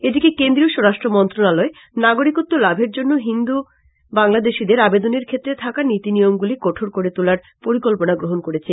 এদিকে কেন্দ্রীয় স্বরাষ্ট্রমন্ত্রনালয় নাগরিকত্ব লাভের জন্য হিন্দু বাংলাদেশীদের আবেদনের ক্ষেত্রে থাকা নীতি নিয়মগুলি কঠোর করে তোলার পরিকল্পনা গ্রহন করেছে